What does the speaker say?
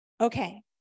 Okay